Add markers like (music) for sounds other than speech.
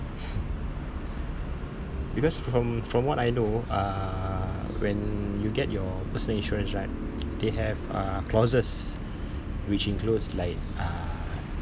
(laughs) because from from what I know uh when you get your personal insurance right they have uh clauses which includes like uh